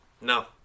No